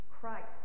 Christ